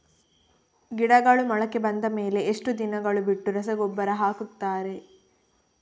ಗಿಡಗಳು ಮೊಳಕೆ ಬಂದ ಮೇಲೆ ಎಷ್ಟು ದಿನಗಳು ಬಿಟ್ಟು ರಸಗೊಬ್ಬರ ಹಾಕುತ್ತಾರೆ?